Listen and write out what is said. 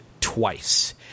twice